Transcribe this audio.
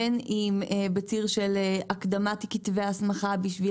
בין אם בציר של הקדמת כתבי ההסמכה בשביל